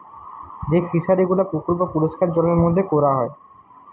যেই ফিশারি গুলা পুকুর বা পরিষ্কার জলের মধ্যে কোরা হয়